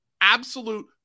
absolute